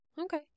Okay